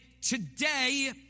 today